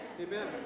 Amen